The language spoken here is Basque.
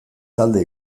talde